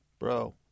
Bro